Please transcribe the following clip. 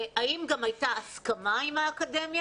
האם גם הייתה הסכמה עם האקדמיה,